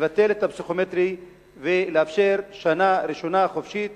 לבטל את הפסיכומטרי ולאפשר שנה ראשונה חופשית